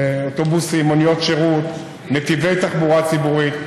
אוטובוסים, מוניות שירות, נתיבי תחבורה ציבורית.